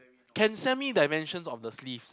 can send me dimensions of the sleeves